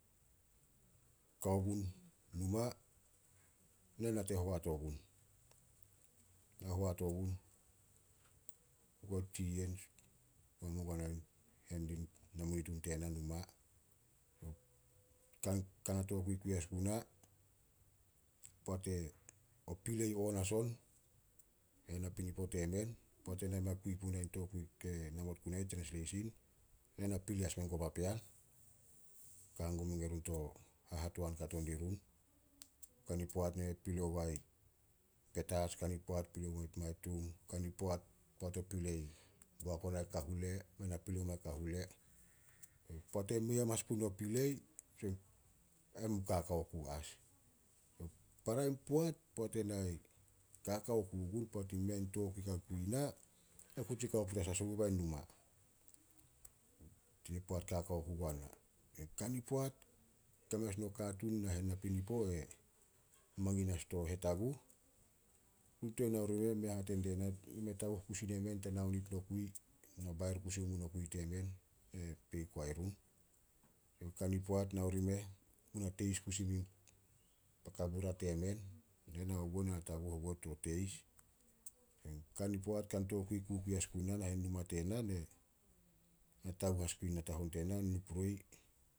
Kao gun numa, na nate hoat ogun. Na hoat ogun, goa tsi yien. Goa bo goana namunitun tarih numa. Kan- kana tokui kui as guna, Poat o pilei on as on nahen napinipo temen, poat ena mei kui puna tokui ke namot guna ih, trensleisin, ne na pilei as menguo papean. Ka hanggum mengue run to hahatoan kato dirun. Kani poat men na pilei omai Petats, kani poat pilei poit omai Tung. Kani poat, poat o pilei boak ona Kahule, men na pilei omai Kahule. Poat e mei hamanas puno pilei, ai men mu kaka ku as. Para in poat, poat ena kaka ku gun, poat imei a tokui ka kui ina, na kutsi kao ku petas ogubai numa. tini poat kakao ku guana. Kani poat, ka as meno katuun nahen napinipo e mangin as dio hetaguh. Tuan nao ri meh, me hate diena, me taguh kusi nemen te nao nit nokui na bair kusi nit nokui temen. Kani poat nao rimeh, mu na teis kusi mu pan kabura temen. Ne nao guo, na taguh oguo to teis. Kani poat, kan tokui kukui as guna nahen numa tena, ne na taguh as gun natahon tena nuproi.